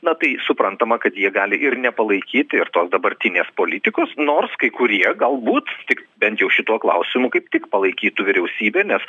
na tai suprantama kad jie gali ir nepalaikyti ir tos dabartinės politikos nors kai kurie galbūt tik bent jau šituo klausimu kaip tik palaikytų vyriausybę nes